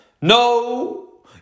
No